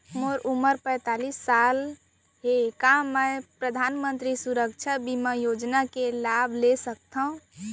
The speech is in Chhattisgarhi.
मोर उमर पैंतालीस साल हे का मैं परधानमंतरी सुरक्षा बीमा योजना के लाभ ले सकथव?